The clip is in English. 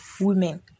women